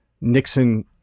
Nixon